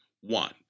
One